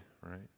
right